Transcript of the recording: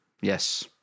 Yes